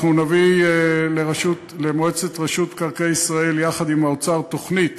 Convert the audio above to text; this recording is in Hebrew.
אנחנו נביא למועצת רשות מקרקעי ישראל יחד עם האוצר תוכנית